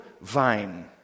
vine